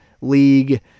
League